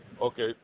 Okay